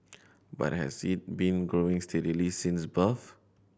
but has it been growing steadily since birth